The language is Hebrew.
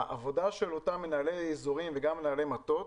העבודה של אותם מנהלי אזורים וגם מנהלי מטות,